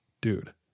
dude